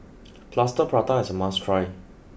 Plaster Prata is a must try